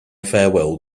farewell